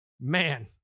man